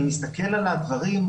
ואני מסתכל על הדברים,